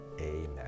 amen